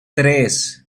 tres